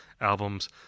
albums